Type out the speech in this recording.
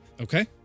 Okay